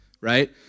right